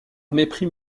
mépris